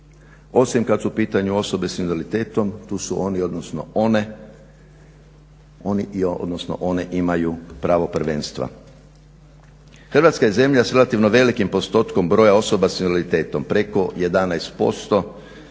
osim kad su u pitanju osobe s invaliditetom tu su oni, odnosno one imaju pravo prvenstva. Hrvatska je zemlja s relativno velikim postotkom broja osoba s invaliditetom, preko 11%